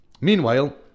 Meanwhile